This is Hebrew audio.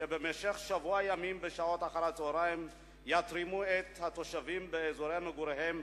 שבמשך שבוע ימים בשעות אחר-הצהריים יתרימו את התושבים באזורי מגוריהם.